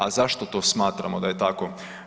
A zašto to smatramo da je tako?